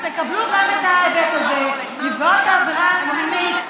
אתם הצבעתם נגד ועדת חקירה,